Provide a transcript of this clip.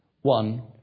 one